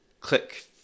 click